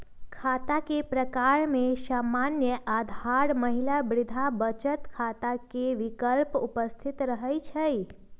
खता के प्रकार में सामान्य, आधार, महिला, वृद्धा बचत खता के विकल्प उपस्थित रहै छइ